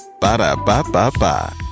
Ba-da-ba-ba-ba